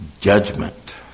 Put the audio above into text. Judgment